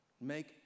make